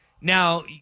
Now